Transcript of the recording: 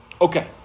Okay